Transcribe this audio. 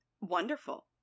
Wonderful